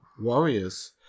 warriors